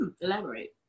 Elaborate